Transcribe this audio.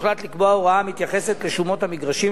הוחלט לקבוע הוראה המתייחסת לשומות המגרשים,